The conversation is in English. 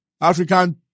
African